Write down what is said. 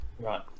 Right